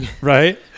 right